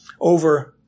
over